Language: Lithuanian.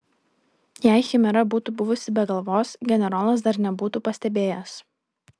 jei chimera būtų buvusi be galvos generolas dar nebūtų pastebėjęs